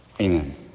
Amen